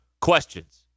questions